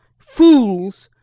fools!